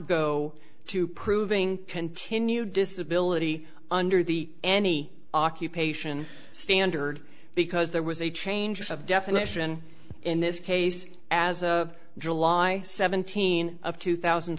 go to proving continued disability under the any occupation standard because there was a change of definition in this case as of july seventeenth of two thousand